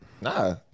Nah